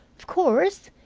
of course,